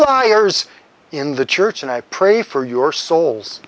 liars in the church and i pray for your souls